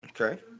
Okay